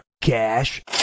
Cash